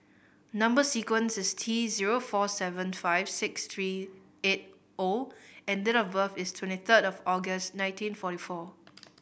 number sequence is T zero four seven five six three eight O and date of birth is twenty third of August nineteen forty four